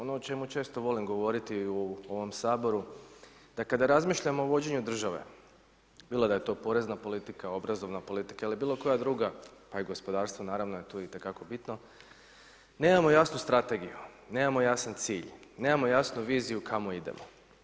Ono o čemu često volim govoriti u ovom Saboru da kada razmišljam o vođenju države, bilo da je to porezna politika, obrazovna politika ili bilo koja druga, a i gospodarstvo naravno je tu itekako bitno, nemamo jasnu strategiju, nemamo jasan cilj, nemamo jasnu viziju kamo idemo.